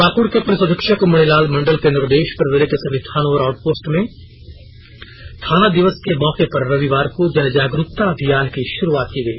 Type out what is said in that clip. पाकुड़ के पुलिस अधीक्षक मणिलाल मंडल के निर्देश पर जिले के सभी थानों और आउटपोस्ट में थाना दिवस के मौके पर रविवार को जनजागरूकता अभियान की शुरूआत की गई